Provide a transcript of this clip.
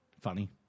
Funny